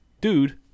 dude